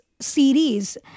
series